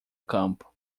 campo